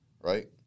right